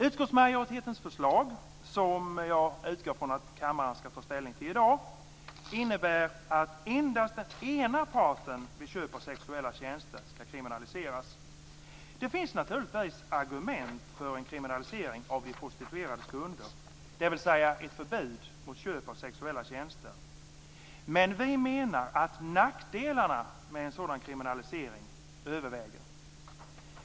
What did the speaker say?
Utskottsmajoritetens förslag, som jag utgår från att kammaren skall ta ställning till i dag, innebär att endast den ena parten vid köp av sexuella tjänster skall kriminaliseras. Det finns naturligtvis argument för en kriminalisering av de prostituerades kunder, dvs. ett förbud mot köp av sexuella tjänster. Vi menar dock att nackdelarna med en sådan kriminalisering överväger.